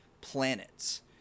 planets